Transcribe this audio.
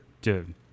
dude